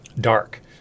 dark